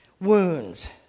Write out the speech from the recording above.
wounds